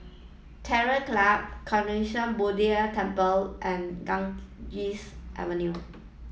Terror Club Buddha Temple and Ganges Avenue